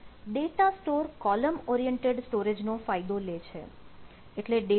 data store column oriented storage નો ફાયદો લે છે